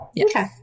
Okay